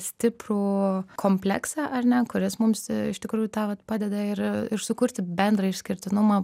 stiprų kompleksą ar ne kuris mums iš tikrųjų tą vat padeda ir ir sukurti bendrą išskirtinumą